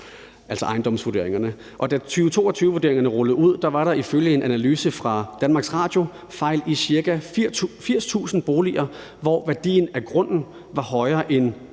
for ejendomsvurderingerne. Da 2022-vurderingerne blev rullet ud, var der ifølge en analyse fra Danmarks Radio fejl i cirka 80.000 boliger, hvor værdien af grunden var højere end